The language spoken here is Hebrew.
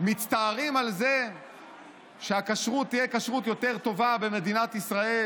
מצטערים על זה שהכשרות תהיה טובה יותר במדינת ישראל.